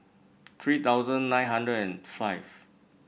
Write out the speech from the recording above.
three thousand nine hundred and five